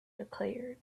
declared